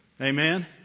Amen